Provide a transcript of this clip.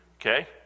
Okay